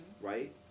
right